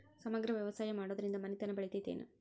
ಸಮಗ್ರ ವ್ಯವಸಾಯ ಮಾಡುದ್ರಿಂದ ಮನಿತನ ಬೇಳಿತೈತೇನು?